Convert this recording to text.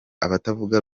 abatavuga